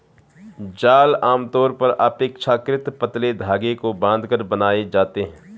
जाल आमतौर पर अपेक्षाकृत पतले धागे को बांधकर बनाए जाते हैं